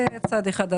זה צד אחד.